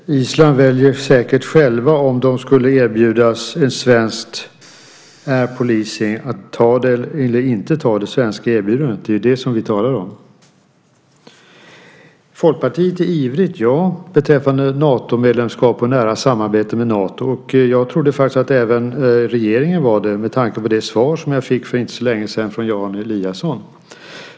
Fru talman! Om Island erbjöds svensk Air Policing skulle de säkert själva välja att anta eller inte anta det svenska erbjudandet. Det är det vi talar om. Folkpartiet är ivrigt beträffande Natomedlemskap och nära samarbete med Nato, ja. Jag trodde att även regeringen var det, med tanke på det svar som jag för inte så länge sedan fick av Jan Eliasson.